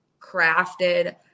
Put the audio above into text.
crafted